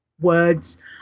words